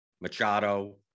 Machado